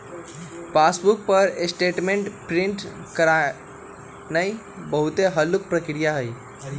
passbook पर statement print करानाइ बहुते हल्लुक प्रक्रिया हइ